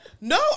No